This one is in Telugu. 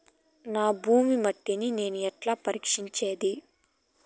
నా భూమి మట్టిని నేను ఎట్లా పరీక్షించేది?